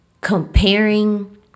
comparing